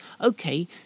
okay